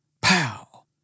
Pow